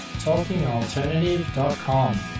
talkingalternative.com